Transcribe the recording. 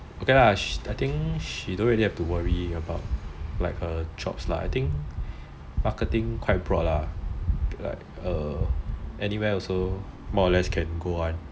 okay lah I think she don't really have to worry about like her jobs lah I think marketing quite broad ah like err anywhere also more or less also can go [one]